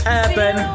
urban